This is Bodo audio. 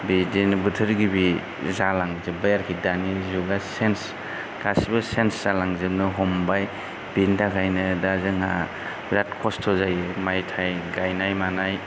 बिदिनो बोथोर गिबि जालांजोब्बाय आरोखि दानि जुगा चेन्स गासिबो चेन्स जालांजोबनो हमबाय बेनि थाखायनो दा जोंहा बिराद खस्थ' जायो माइ थाइ गायनाय मानाय